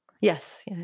yes